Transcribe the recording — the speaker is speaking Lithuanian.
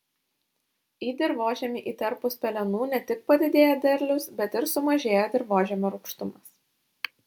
į dirvožemį įterpus pelenų ne tik padidėja derlius bet ir sumažėja dirvožemio rūgštumas